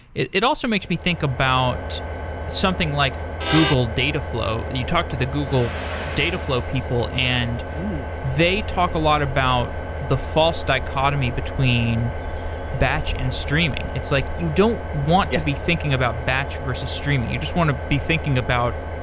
it it also makes me think about something like google dataflow. you talk to the google dataflow people and they talk a lot about the false dichotomy between batch and streaming. like you don't want to be thinking about batch versus streaming. you just want to be thinking about,